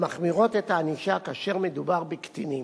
המחמירות את הענישה כאשר מדובר בקטינים.